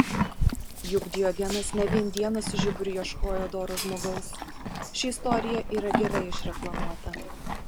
juk diogenas ne vien dieną su žiburiu ieškojo doro žmogaus ši istorija yra gerai išreklamuota